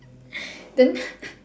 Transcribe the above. then